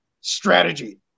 strategy